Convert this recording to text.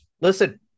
Listen